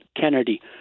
kennedy